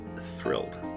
thrilled